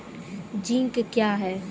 Zinc क्या हैं?